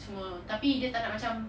semua tapi dia tak nak macam